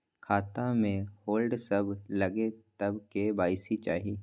खाता में होल्ड सब लगे तब के.वाई.सी चाहि?